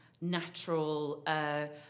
natural